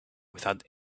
without